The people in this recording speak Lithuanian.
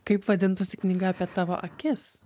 kaip vadintųsi knyga apie tavo akis